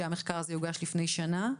שהמחקר הזה יוגש לפני שנה,